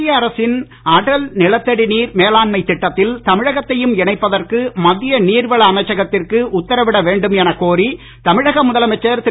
மத்திய அரசின் அடல் நிலத்தடி நீர் மேலாண்மை திட்டத்தில் தமிழகத்தையும் இணைப்பதற்கு மத்திய நீர்வள அமைச்சகத்திற்கு உத்தரவிடவேண்டும் என கோரி தமிழக முதலமைச்சர் திரு